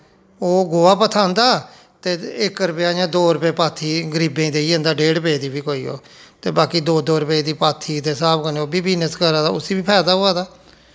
ओह् गोआ पत्थांदा ते इक रपेआ जां दो रपेऽ पात्थी गरीबें देई जंदा डेड़ रपेऽ दी ओह् ते बाकी दो दो रपेऽ दा पात्थी दे स्हाब कन्नै ओह् बी बिजनस करा दा उस्सी बी फैदा होआ दा